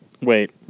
Wait